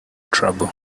trouble